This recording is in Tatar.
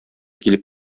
килеп